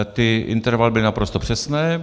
Ty intervaly byly naprosto přesné.